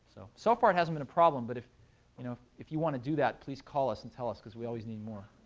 so so far, it hasn't been a problem. but if you know if you want to do that, please call us and tell us, because we always need more.